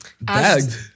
bagged